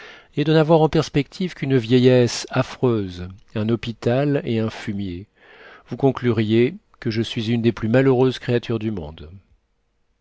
et de n'avoir en perspective qu'une vieillesse affreuse un hôpital et un fumier vous concluriez que je suis une des plus malheureuses créatures du monde